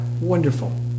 Wonderful